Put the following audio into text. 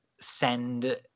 send